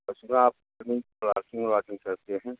वैसे तो आप करतें हैं